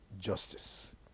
justice